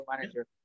manager